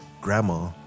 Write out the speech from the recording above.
grandma